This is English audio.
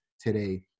today